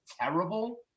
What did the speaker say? terrible